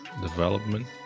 development